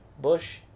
bush